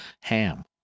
ham